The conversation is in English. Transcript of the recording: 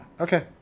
okay